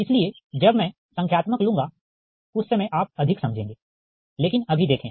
इसलिए जब मैं संख्यात्मक लूँगा उस समय आप अधिक समझेंगे लेकिन अभी देखें